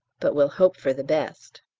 but we'll hope for the best.